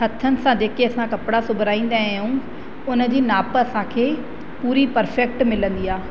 हथनि सां असां जेके कपिड़ा सुबराईंदा आहियूं उन जी नाप असांखे पूरी पर्फेक्ट मिलंदी आहे